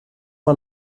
mal